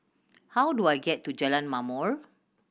how do I get to Jalan Ma'mor